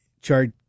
chart